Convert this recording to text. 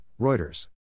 Reuters